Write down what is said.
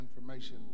information